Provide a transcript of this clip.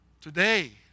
today